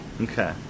Okay